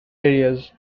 areas